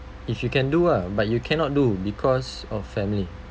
if you can do ah but you cannot do because of family